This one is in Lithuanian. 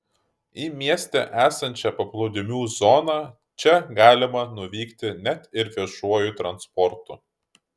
į mieste esančią paplūdimių zoną čia galima nuvykti net ir viešuoju transportu